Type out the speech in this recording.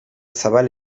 zabal